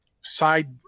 side